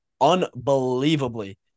unbelievably